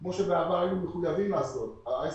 כמו שהיה בעבר שהם היו חייבים, אלא הם פשוט יקבלו